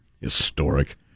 Historic